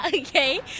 Okay